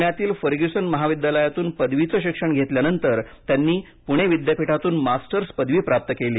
पुण्यातील फर्ग्युसन महाविद्यालयातून पदवीचं शिक्षण घेतल्यानंतर त्यांनी पुणे विद्यापीठातून मास्टर्स पदवी प्राप्त केली